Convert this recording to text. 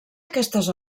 aquestes